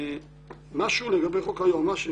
משהו לגבי חוק היועמ"שים,